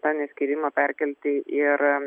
tą neskyrimą perkelti ir